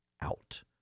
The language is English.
out